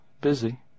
busy